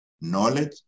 knowledge